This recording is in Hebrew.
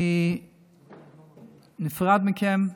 אני נפרד מכם.